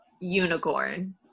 unicorn